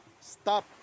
stop